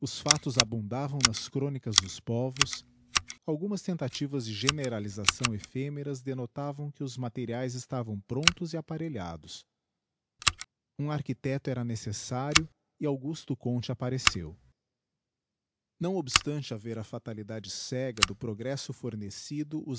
factos abundavam nas chronicas dos povos algumas tentativas de generalisação ephemeras denotavam que os materiaes estavam promptos e apparelhados um architecto era necessário e augusto comte appareceu nso obstante haver a fatalidade cega do progresso fornecido